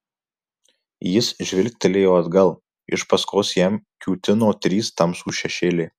jis žvilgtelėjo atgal iš paskos jam kiūtino trys tamsūs šešėliai